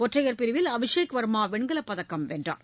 ஒற்றையர் பிரிவில் அபிஷேக் வர்மா வெண்கலப் பதக்கம் வென்றார்